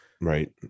Right